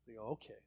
Okay